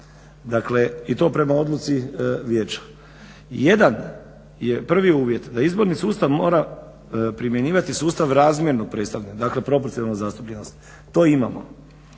Dakle i to prema odluci vijeća. Jedan je prvi uvjet da izborni sustav mora primjenjivati sustav razmjernog predstavljanja, dakle proporcionalnu zastupljenost. To imamo,